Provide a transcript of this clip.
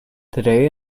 today